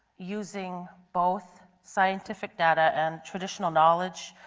using both scientific data and traditional knowledge,